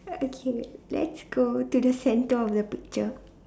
okay let's go to the centre of the picture